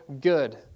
good